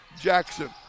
Jackson